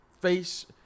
face